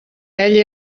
ell